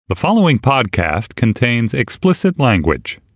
the following podcast contains explicit language